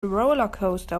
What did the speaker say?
rollercoaster